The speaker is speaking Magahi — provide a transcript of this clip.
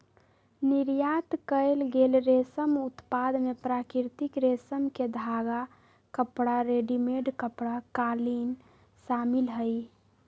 निर्यात कएल गेल रेशम उत्पाद में प्राकृतिक रेशम के धागा, कपड़ा, रेडीमेड कपड़ा, कालीन शामिल हई